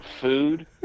food